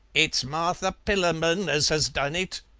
it's martha pillamon as has done it,